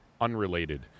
unrelated